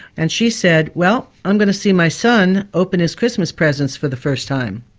and she said, well, i'm going to see my son open his christmas presents for the first time.